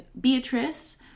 Beatrice